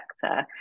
sector